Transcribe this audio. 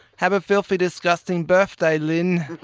have a filthy, disgusting birthday', lynne.